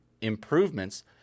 improvements